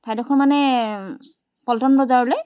ঠাইডোখৰ মানে পল্টন বজাৰলৈ